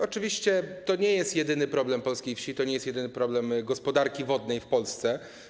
Oczywiście to nie jest jedyny problem polskiej wsi, to nie jest jedyny problem gospodarki wodnej w Polsce.